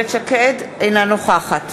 אינה נוכחת